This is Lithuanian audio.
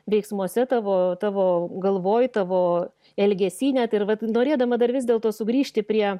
veiksmuose tavo tavo galvoj tavo elgesy net ir vat norėdama dar vis dėlto sugrįžti prie